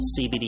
cbd